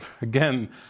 Again